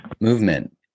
movement